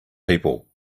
people